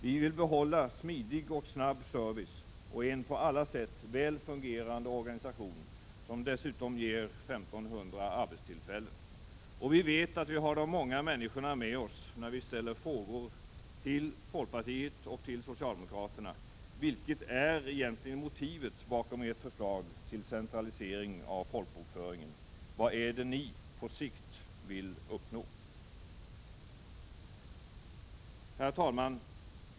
Vi vill behålla smidig och snabb service och en, på alla sätt, väl fungerande organisation som dessutom ger 1 500 arbetstillfällen. Vi vet att vi har de många människorna med oss när vi ställer frågorna till folkpartiet och socialdemokraterna: Vilket är egentli gen motivet bakom ert förslag till centralisering av folkbokföringen? Vad är det ni, på sikt, vill uppnå? Herr talman!